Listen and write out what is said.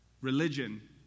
Religion